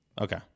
Okay